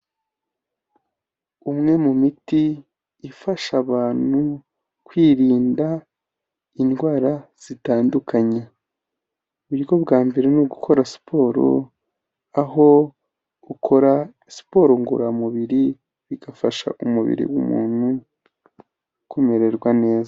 Umwe mu miti ifasha abantu kwirinda indwara zitandukanye. Uburyo bwa mbere ni ugukora siporo, aho ukora siporo ngororamubiri, bigafasha umubiri w'umuntu kumererwa neza.